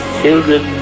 children